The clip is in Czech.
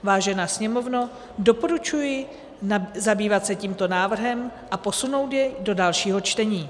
Vážená Sněmovno, doporučuji zabývat se tímto návrhem a posunout jej do dalšího čtení.